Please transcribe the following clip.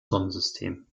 sonnensystem